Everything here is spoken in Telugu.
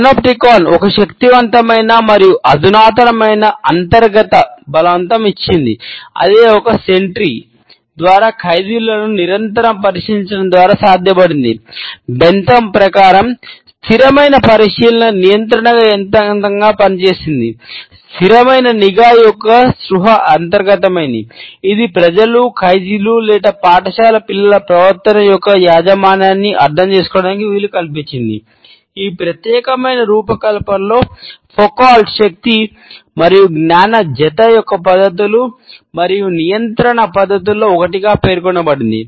పనోప్టికాన్ శక్తి మరియు జ్ఞాన జత యొక్క పద్ధతులు మరియు నియంత్రణ పద్ధతుల్లో ఒకటిగా పేర్కొనబడింది